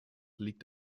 liegt